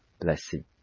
blessing